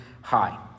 high